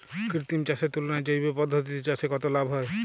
কৃত্রিম চাষের তুলনায় জৈব পদ্ধতিতে চাষে কত লাভ হয়?